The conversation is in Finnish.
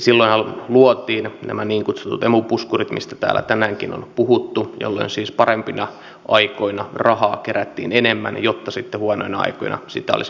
silloinhan luotiin nämä niin kutsutut emu puskurit mistä täällä tänäänkin on puhuttu jolloin siis parempina aikoina rahaa kerättiin enemmän jotta sitten huonoina aikoina sitä olisi mahdollisuus käyttää